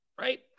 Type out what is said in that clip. right